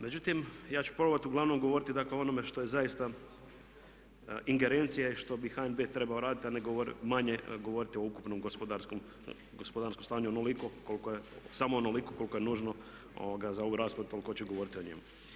Međutim, ja ću probati uglavnom govoriti dakle o onome što je zaista ingerencija i što bi HNB trebao raditi, a manje govoriti o ukupnom gospodarskom stanju samo onoliko koliko je nužno za ovu raspravu toliko ću govoriti o njemu.